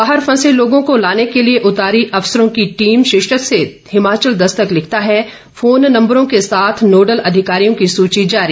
बाहर फंसे लोगों को लाने के लिए उतारी अफसरों की टीम शीर्षक से हिमाचल दस्तक लिखता है फोन नंबरों के साथ नोडल अधिकारियों की सूची जारी